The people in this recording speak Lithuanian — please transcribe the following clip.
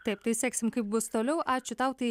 taip tai seksim kaip bus toliau ačiū tau tai